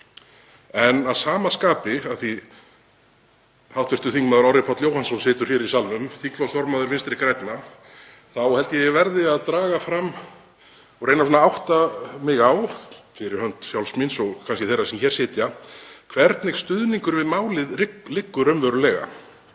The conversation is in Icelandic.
En að sama skapi, af því að hv. þm. Orri Páll Jóhannsson situr hér í salnum, þingflokksformaður Vinstri grænna, þá held ég að ég verði að draga fram og reyna að átta mig á fyrir hönd sjálfs míns og kannski þeirra sem hér sitja, hvernig stuðningur við málið liggur raunverulega.